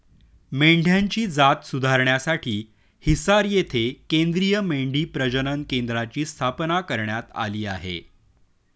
मेंढ्यांची जात सुधारण्यासाठी हिसार येथे केंद्रीय मेंढी प्रजनन केंद्राची स्थापना करण्यात आली आहे